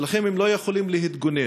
ולכן הם לא יכולים להתגונן.